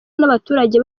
n’abaturage